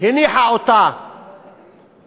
הניחה אותה בכנסת,